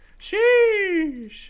Sheesh